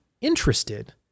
interested